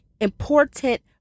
important